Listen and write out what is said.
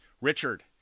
Richard